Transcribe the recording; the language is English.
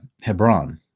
Hebron